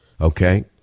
Okay